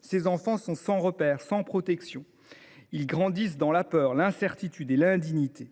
Ces enfants sont sans repères et sans protection. Ils grandissent dans la peur, l’incertitude et l’indignité.